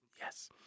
Yes